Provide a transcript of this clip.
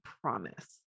promise